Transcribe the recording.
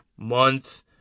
month